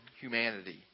humanity